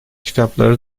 kitapları